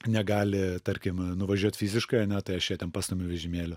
negali tarkim nuvažiuot fiziškai ane tai aš ją ten pastumiu vežimėliu